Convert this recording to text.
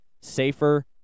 safer